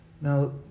Now